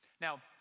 Now